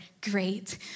Great